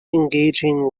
engaging